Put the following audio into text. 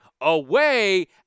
away